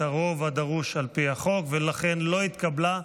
הרוב הדרוש על פי החוק ולכן לא התקבלה.